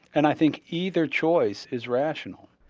and i think either choice is rational.